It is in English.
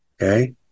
Okay